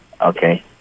Okay